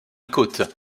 côte